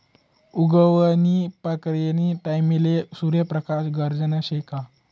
उगवण नी प्रक्रीयानी टाईमले सूर्य प्रकाश गरजना शे का